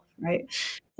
right